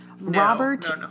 Robert